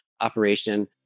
operation